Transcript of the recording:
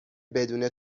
بدون